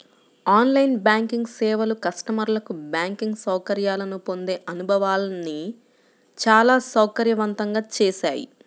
on line banking సేవలు కస్టమర్లకు banking సౌకర్యాలను పొందే అనుభవాన్ని చాలా సౌకర్యవంతంగా చేశాయి